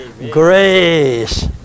Grace